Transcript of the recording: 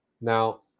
Now